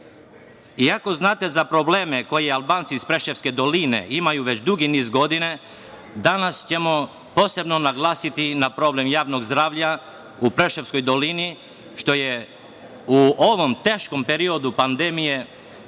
znate za probleme koje Albanci iz Preševske doline imaju veći dugi niz godina, danas ćemo posebno naglasiti problem javnog zdravlja u Preševskoj dolini, što je u ovom teškom periodu pandemije